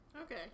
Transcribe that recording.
Okay